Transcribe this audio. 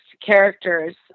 characters